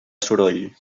soroll